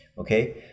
Okay